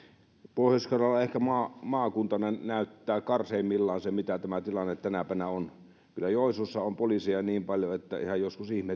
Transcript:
pohjois karjala maakuntana näyttää ehkä karseimmillaan sen mikä tämä tilanne tänä päivänä on kyllä joensuussa on poliiseja niin paljon että joskus ihan ihmetyttää kun niitä